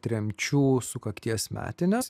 tremčių sukakties metines